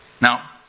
Now